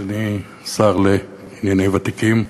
אדוני השר לאזרחים ותיקים,